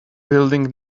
building